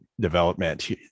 development